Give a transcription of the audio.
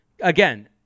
again